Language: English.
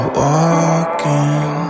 walking